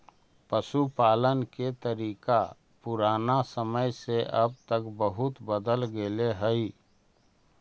पशुपालन के तरीका पुराना समय से अब तक बहुत बदल गेले हइ